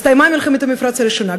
הסתיימה מלחמת המפרץ הראשונה,